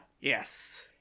Yes